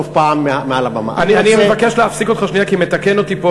אני מבקש להפסיק אותך שנייה כי מתקן אותי פה,